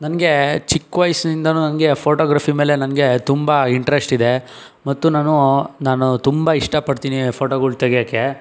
ನನಗೆ ಚಿಕ್ಕವಯಸ್ಸಿನಿಂದನೂ ನನಗೆ ಫೋಟೋಗ್ರಫಿ ಮೇಲೆ ನನಗೆ ತುಂಬ ಇಂಟ್ರೆಷ್ಟಿದೆ ಮತ್ತು ನಾನು ನಾನು ತುಂಬ ಇಷ್ಟಪಡ್ತೀನಿ ಫೋಟೋಗಳು ತೆಗೆಯೋಕ್ಕೆ